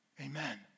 Amen